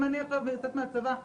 אם אני יוצאת מהצבא עכשיו,